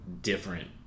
different